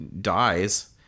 dies